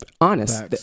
Honest